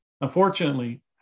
unfortunately